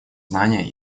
знания